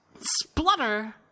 Splutter